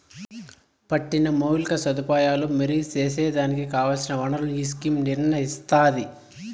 పట్టిన మౌలిక సదుపాయాలు మెరుగు సేసేదానికి కావల్సిన ఒనరులను ఈ స్కీమ్ నిర్నయిస్తాది